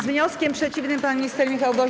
Z wnioskiem przeciwnym pan minister Michał Woś.